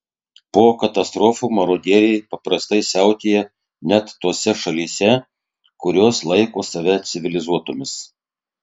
po katastrofų marodieriai paprastai siautėja net tose šalyse kurios laiko save civilizuotomis